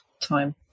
time